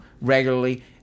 Regularly